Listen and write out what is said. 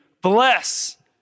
Bless